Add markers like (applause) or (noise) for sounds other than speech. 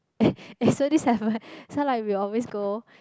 eh eh (breath) so this happened so like we always go